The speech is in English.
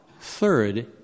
third